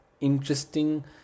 interesting